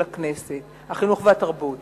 התרבות